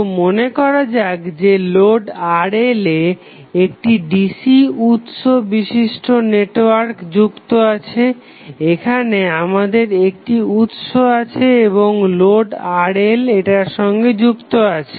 তো মনেকরা যাক যে লোড RL একটি ডিসি উৎস বিশিষ্ট নেটওয়ার্কে যুক্ত আছে এখানে আমাদের একটি উৎস আছে এবং লোড RL এটার সঙ্গে যুক্ত আছে